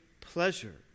pleasure